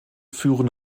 führen